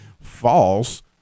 false